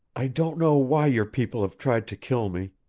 i don't know why your people have tried to kill me,